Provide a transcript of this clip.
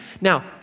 Now